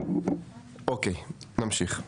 אוקיי נמשיך.